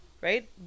right